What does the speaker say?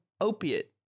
opiate